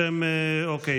אוקיי.